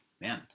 man